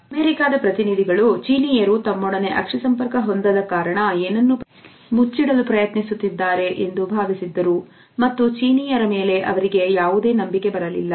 America ಪ್ರತಿನಿಧಿಗಳು ಚೀನಿಯರು ತಮ್ಮೊಡನೆ ಅಕ್ಷಿ ಸಂಪರ್ಕ ಹೊಂದದ ಕಾರಣ ಏನನ್ನು ಪ್ರಯತ್ನಿಸುತ್ತಿದ್ದಾರೆ ಎಂದು ಭಾವಿಸಿದ್ದರು ಮತ್ತು ಚೀನಿಯರ ಮೇಲೆ ಅವರಿಗೆ ಯಾವುದೇ ನಂಬಿಕೆ ಬರಲಿಲ್ಲ